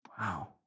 Wow